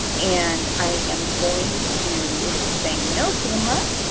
and i am going to say no camera.